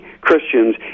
Christians